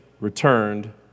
returned